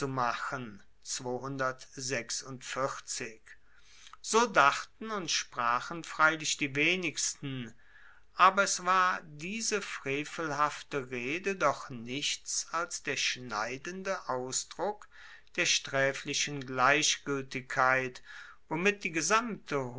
machen so dachten und sprachen freilich die wenigsten aber es war diese frevelhafte rede doch nichts als der schneidende ausdruck der straeflichen gleichgueltigkeit womit die gesamte